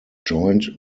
joined